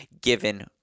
given